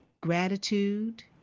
gratitude